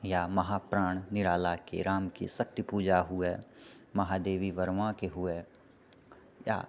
या महाप्राण निरालाके रामके शक्तिपूजा हुए महादेवी वर्माके हुए या